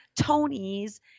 Tony's